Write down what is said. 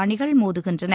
அணிகள் மோதுகின்றன